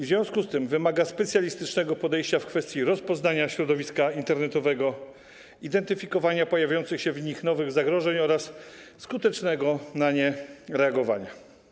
W związku z tym wymaga specjalistycznego podejścia w kwestii rozpoznania środowiska internetowego, identyfikowania pojawiających się w nich nowych zagrożeń oraz skutecznego na nie reagowania.